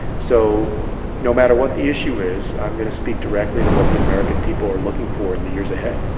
so no matter what the issue is, i'm going to speak directly to what the american people are looking for in the years ahead